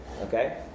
Okay